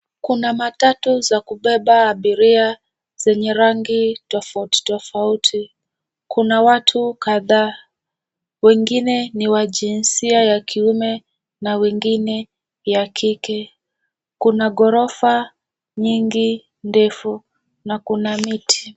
Kuna matatu za kubeba abiria zenye rangi tofauti tofauti. Kuna watu kadhaa, wengine ni wa jinsia ya kiume na wengine ya kike. Kuna ghorofa nyingi ndefu na kuna miti.